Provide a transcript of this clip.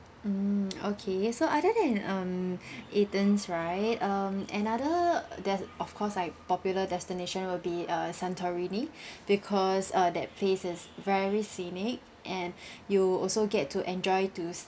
mm okay so other than um athens right um another des~ of course like popular destination will be uh santorini because uh that place is very scenic and you also get to enjoy to